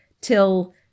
till